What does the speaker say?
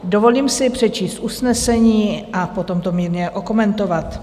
Dovolím si přečíst usnesení a po tom to mírně okomentovat: